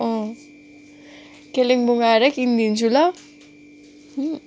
अँ कालिम्पोङ आएरै किनिदिन्छु ल